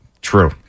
true